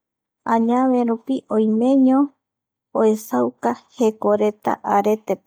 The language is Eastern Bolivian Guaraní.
añaverupi oimeño oesauka jekoreta aretepe